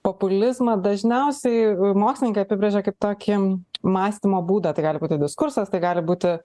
populizmas dažniausiai mokslininkai apibrėžia kaip tokį mąstymo būdą tai gali būti diskursas tai gali būti